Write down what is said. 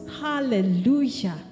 Hallelujah